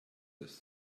this